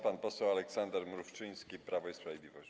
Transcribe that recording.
Pan poseł Aleksander Mrówczyński, Prawo i Sprawiedliwość.